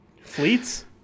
Fleets